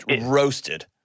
roasted